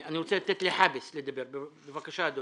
ראש מועצת חורה, בבקשה.